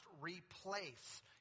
replace